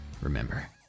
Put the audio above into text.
Remember